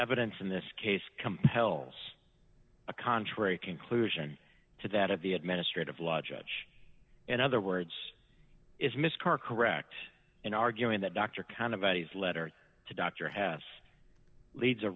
evidence in this case compels a contrary conclusion to that of the administrative law judge in other words is miss carr correct in arguing that dr kind of bodies letter to dr hass leads a